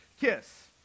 kiss